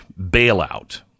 bailout